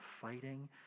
fighting